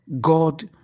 God